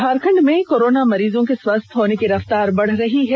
झारखंड में कोरोना मरीजों के स्वस्थ होने की रफ्तार बढ़ रही है